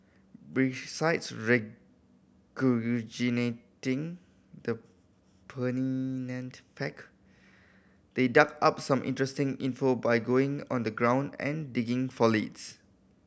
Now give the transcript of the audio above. besides the fact they dug up some interesting info by going on the ground and digging for leads